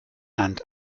and